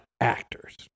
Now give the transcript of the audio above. actors